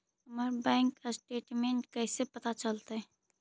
हमर bank statement कैसे पता चलतै?